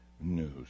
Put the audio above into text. news